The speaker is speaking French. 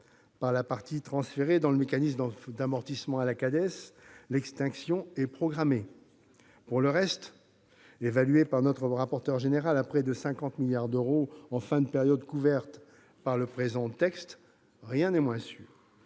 de la partie transférée dans le mécanisme d'amortissement de la Cades, l'extinction est programmée. Quant au reste, évalué par notre rapporteur général à près de 50 milliards d'euros en fin de période couverte par le présent texte, rien n'est moins sûr.